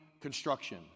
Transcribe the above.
construction